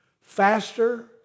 Faster